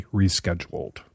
rescheduled